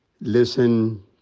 listen